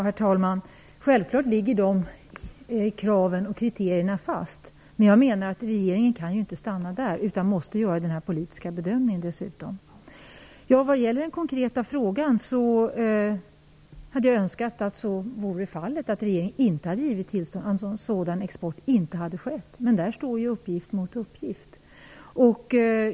Herr talman! Självfallet ligger dessa krav och kriterier fast. Men regeringen kan ju inte stanna där. Den måste dessutom göra en politisk bedömning. När det gäller den konkreta frågan hade jag önskat att så vore fallet, att regeringen inte hade givit tillstånd, alltså att sådan export inte hade skett. Men där står ju uppgift mot uppgift.